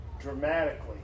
dramatically